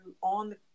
on